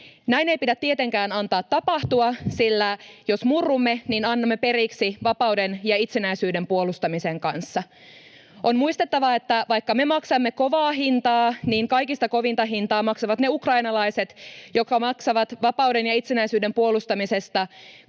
Näin ei pidä tietenkään antaa tapahtua, sillä jos murrumme, niin annamme periksi vapauden ja itsenäisyyden puolustamisen kanssa. On muistettava, että vaikka me maksamme kovaa hintaa, kaikista kovinta hintaa maksavat ne ukrainalaiset, jotka maksavat vapauden ja itsenäisyyden puolustamisesta